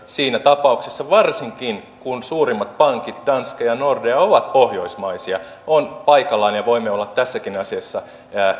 siinä tapauksessa varsinkin kun suurimmat pankit danske ja nordea ovat pohjoismaisia on paikallaan ja voimme olla tässäkin asiassa